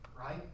right